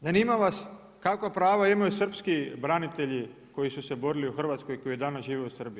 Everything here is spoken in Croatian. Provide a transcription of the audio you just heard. Zanima vas kakva prava imaju srpski branitelji koji su se borili u Hrvatskoj i koji danas žive u Srbiji?